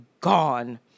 gone